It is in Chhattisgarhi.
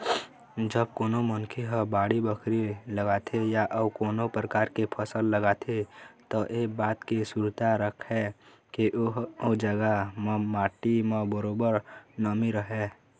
जब कोनो मनखे ह बाड़ी बखरी लगाथे या अउ कोनो परकार के फसल लगाथे त ऐ बात के सुरता राखय के ओ जघा म माटी म बरोबर नमी रहय